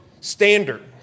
standard